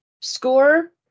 score